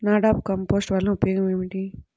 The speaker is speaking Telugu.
నాడాప్ కంపోస్ట్ వలన ఉపయోగం ఏమిటి?